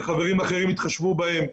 וחברים אחרים התחשבו בהם.